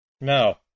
No